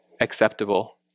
acceptable